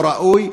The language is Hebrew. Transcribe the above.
לא ראוי,